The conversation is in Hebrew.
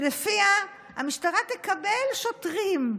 שלפיה המשטרה תקבל שוטרים,